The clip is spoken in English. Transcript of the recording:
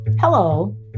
Hello